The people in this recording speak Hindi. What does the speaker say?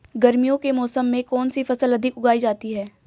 गर्मियों के मौसम में कौन सी फसल अधिक उगाई जाती है?